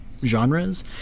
genres